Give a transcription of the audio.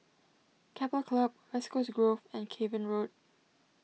Keppel Club West Coast Grove and Cavan Road